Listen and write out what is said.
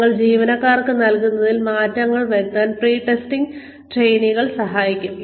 ഞങ്ങൾ ജീവനക്കാർക്ക് നൽകുന്നതിൽ മാറ്റങ്ങൾ വരുത്താൻ പ്രീ ടെസ്റ്റിംഗ് ട്രെയിനികൾ സഹായിക്കും